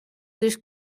this